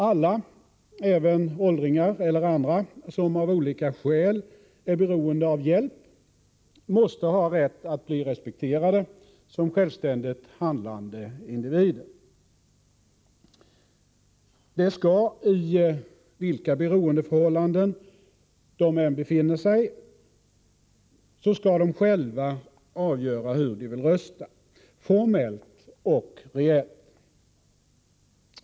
Alla — även åldringar eller andra som av olika skäl är beroende av hjälp — måste ha rätt att bli respekterade som självständigt handlande individer. De skall — i vilka beroendeförhållanden de än befinner sig — själva avgöra hur de vill rösta, formellt och reellt.